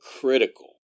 critical